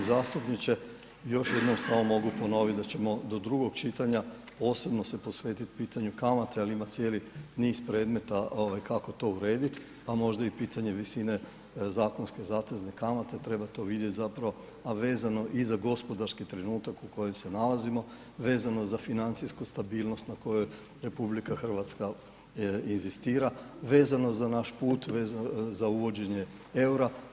Poštovani zastupniče, još jednom mogu samo ponoviti da ćemo do drugog čitanja posebno se posvetiti pitanju kamate ali ima cijeli niz predmeta kako to urediti, pa možda i pitanje visine zakonske zatezne kamate, treba to vidjeti zapravo, a vezano i za gospodarski trenutak u kojem se nalazimo, vezano za financijsku stabilnost na kojoj RH inzistira, vezano za naš put, vezano za uvođenje EUR-a.